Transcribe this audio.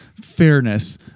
fairness